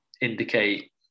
indicate